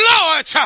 Lord